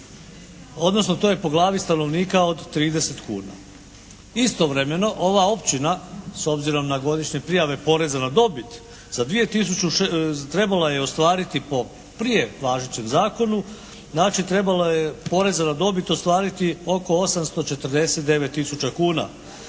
odnosno to je po glavi stanovnika od 30 kuna. Istovremeno ova općina s obzirom na godišnje prijave poreza na dobit za … /Govornik se ne razumije./ … trebala je ostvariti po prije važećem zakonu, znači trebala je poreza na dobit ostvariti oko 849 tisuća kuna.